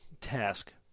task